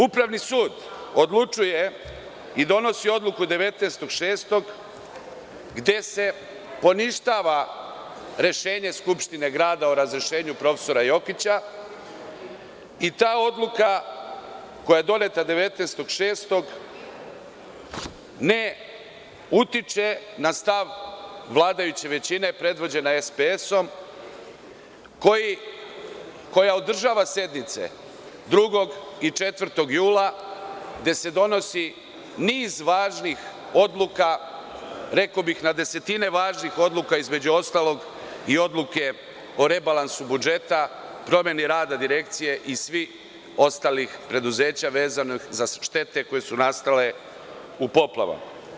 Upravni sud odlučuje i donosi odluku 19.06, gde se poništava rešenje Skupštine grada o razrešenju profesora Jokića i ta odluka koja je doneta 19.06. ne utiče na stav vladajuće većine predvođene SPS, koja održava sednice 2. i 4. jula, gde se donosi niz važnih odluka, rekao bih na desetine važnih odluka, a između ostalog i odluke o rebalansu budžeta, promeni rada Direkcije i svih ostalih preduzeća vezanih za štete koje su nastale u poplavama.